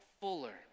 fuller